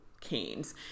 canes